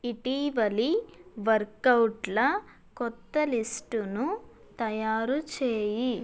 ఇటీవలి వర్కౌట్ల కొత్త లిస్టును తయారుచేయి